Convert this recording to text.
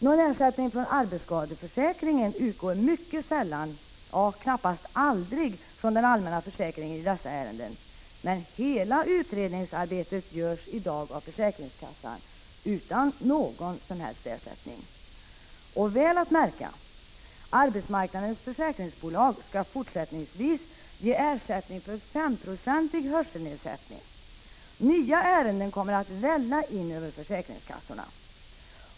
Någon ersättning från arbetsskadeförsäkringen utgår mycket sällan, knappast aldrig, från den allmänna försäkringen i dessa ärenden, men hela utredningsarbetet görs i dag av försäkringskassan utan någon som helst ersättning. Och väl att märka: Arbetsmarknadens försäkringsbolag skall fortsättningsvis ge ersättning för 5-procentig hörselnedsättning. Nya ärenden kommer att välla in över - Prot. 1985/86:48 försäkringskassorna.